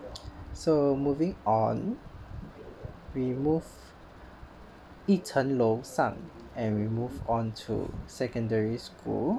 so moving on we move 一层楼上 and we move on to secondary school